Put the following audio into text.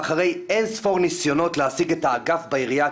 ואחרי אין ספור ניסיונות להשיג את האגף בעירייה,